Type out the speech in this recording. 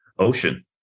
ocean